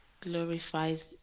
glorifies